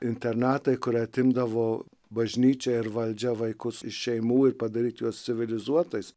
internatai kur atimdavo bažnyčia ir valdžia vaikus iš šeimų ir padaryt juos civilizuotais